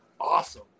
awesome